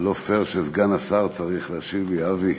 זה לא פייר שסגן השר צריך להשיב לי, אבי,